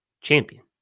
champion